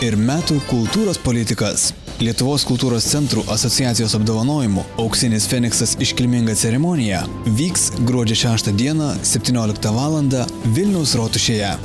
ir metų kultūros politikas lietuvos kultūros centrų asociacijos apdovanojimo auksinis feniksas iškilminga ceremonija vyks gruodžio šeštą dieną septynioliktą valandą vilniaus rotušėje